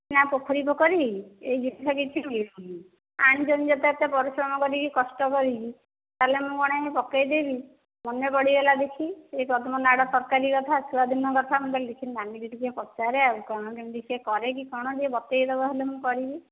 ନା ପୋଖରୀ ପୋଖରୀ ଏହି ଜିନିଷ କିଛି ମିଳୁନି ଆଣିଛନ୍ତି ଯେତେବେଳେ ଏତେ ପରିଶ୍ରମ କରିକି କଷ୍ଟ କରିକି ତା'ହେଲେ ମୁଁ କ'ଣ ଏମିତି ପକେଇଦେବି ମନେ ପଡ଼ିଗଲା ଦେଖି ସେହି ପଦ୍ମନାଡ଼ ତରକାରୀ କଥା ଛୁଆ ଦିନ କଥା ମୁଁ କହିଲି ଦେଖିବା ନାନୀ କି ଟିକେ ପଚାରେ ଆଉ କ'ଣ କେମିତି ସିଏ କରେ କି କ'ଣ ଟିକେ ବତାଇ ଦେବ ହେଲେ ମୁଁ କରିବି